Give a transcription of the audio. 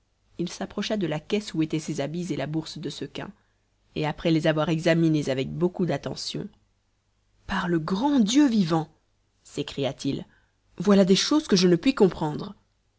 il s'approcha de la caisse où étaient ses habits et la bourse de sequins et après les avoir examinés avec beaucoup d'attention par le grand dieu vivant s'écria-t-il voilà des choses que je ne puis comprendre